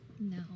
no